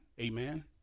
Amen